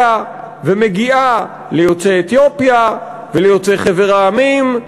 ומגיעה ליוצאי אתיופיה וליוצאי חבר המדינות,